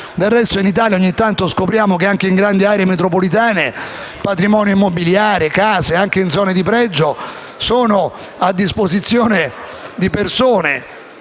Del resto, ogni tanto in Italia scopriamo che anche in grandi aree metropolitane patrimoni immobiliari e case in zone di pregio sono a disposizione di persone